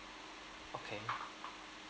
okay